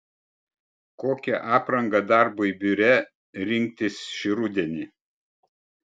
kokią aprangą darbui biure rinktis šį rudenį